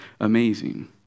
amazing